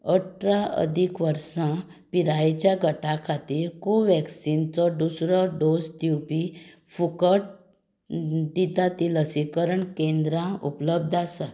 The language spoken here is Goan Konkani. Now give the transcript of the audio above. अठरा अदीक वर्सां पिरायेच्या गटा खातीर कोव्हॅक्सिनचो दुसरो डोस दिवपी फुकट दिता ती लसिकरण केंद्रां उपलब्ध आसात